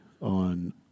on